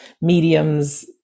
mediums